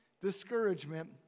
discouragement